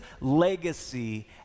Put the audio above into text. legacy